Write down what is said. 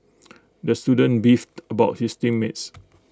the student beefed about his team mates